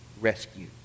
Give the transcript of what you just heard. rescue